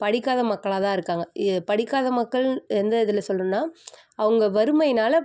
படிக்காத மக்களாக தான் இருக்காங்க படிக்காத மக்கள் எந்த இதில் சொல்றேன்னா அவங்க வறுமையினால்